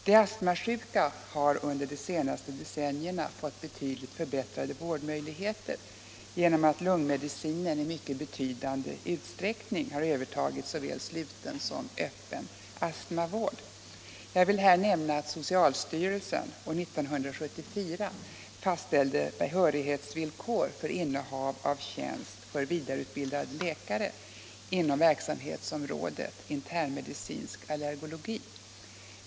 De astmasjuka har under de senaste decennierna fått betydligt förbättrade vårdmöjligheter genom att lungmedicinen i mycket betydande utsträckning har övertagit såväl sluten som öppen astmavård. Jag vill här nämna att socialstyrelsen år 1974 fastställde behörighetsvillkor för innehav av tjänst för vidareutbildad läkare inom verksamhetsområdet internmedicinsk allergologi.